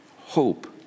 Hope